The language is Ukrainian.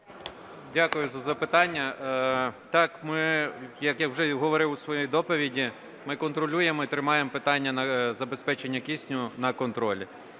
Дякую за запитання. Так, ми, як я вже і говорив у своїй доповіді, ми контролюємо і тримаємо питання забезпечення кисню на контролі.